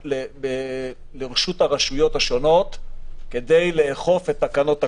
לרשות הרשויות השונות כדי לאכוף את תקנות הקורונה.